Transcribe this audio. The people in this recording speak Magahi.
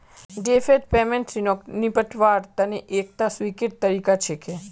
डैफर्ड पेमेंट ऋणक निपटव्वार तने एकता स्वीकृत तरीका छिके